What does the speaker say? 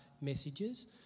messages